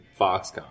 Foxconn